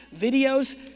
videos